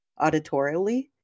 auditorially